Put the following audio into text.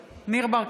(קוראת בשם חבר הכנסת) ניר ברקת,